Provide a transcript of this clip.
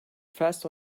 fast